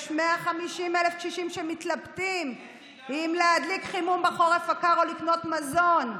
יש 150,000 קשישים שמתלבטים אם להדליק חימום בחורף הקר או לקנות מזון,